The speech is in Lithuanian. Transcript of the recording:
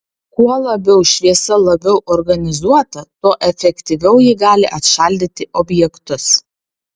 kuo labiau šviesa labiau organizuota tuo efektyviau ji gali atšaldyti objektus